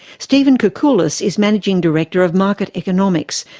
stephen koukoulas is managing director of market economics,